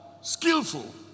skillful